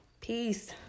Peace